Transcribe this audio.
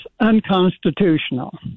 unconstitutional